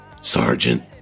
Sergeant